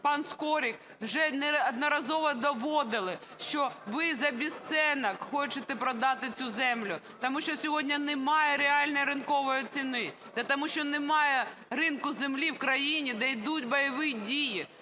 пан Скорик вже неодноразово доводили, що ви за безцінок хочете продати цю землю. Тому що сьогодні немає реальної ринкової ціни. Тому що немає ринку землі в країні, де йдуть бойові дії,